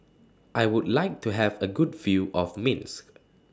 I Would like to Have A Good View of Minsk